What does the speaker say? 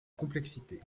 complexité